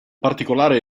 particolare